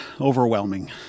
overwhelming